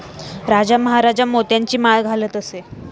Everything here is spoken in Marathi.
राजा महाराजा मोत्यांची माळ घालत असे